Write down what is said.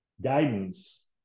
guidance